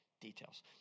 details